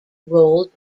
roald